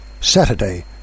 Saturday